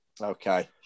Okay